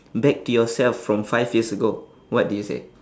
back to yourself from five years ago what do you say